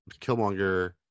Killmonger